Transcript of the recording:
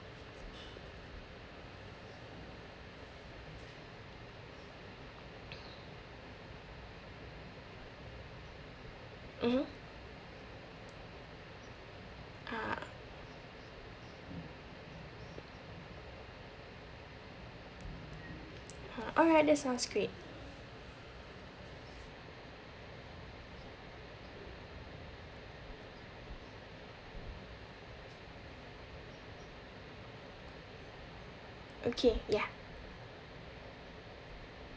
mmhmm ah ha alright that sounds great okay ya